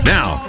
Now